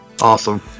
Awesome